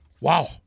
Wow